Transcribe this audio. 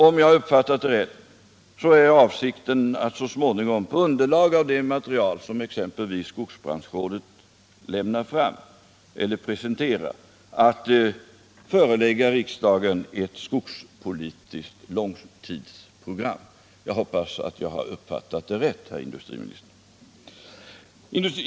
Om jag har uppfattat det rätt är avsikten att så småningom, på underlag av det material som exempelvis skogsbranschrådet presenterar, förelägga riksdagen ett skogspolitiskt långtidsprogram. — Jag hoppas att jag har uppfattat det rätt, herr industriminister.